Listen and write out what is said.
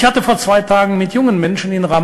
גם בצד הפלסטיני קמו אישים אמיצים,